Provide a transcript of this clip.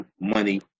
money